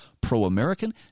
pro-American